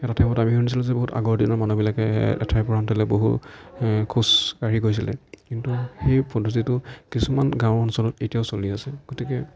এটা টাইমত আমি শুনিছিলোঁ যে বহুত আগৰ দিনৰ মানুহবিলাকে এঠাইৰ পৰা আন ঠাইলৈ বহু খোজ কাঢ়ি গৈছিলে কিন্তু সেই পদ্ধতিটো কিছুমান গাঁও অঞ্চলত এতিয়াও চলি আছে গতিকে